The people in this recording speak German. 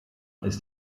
ist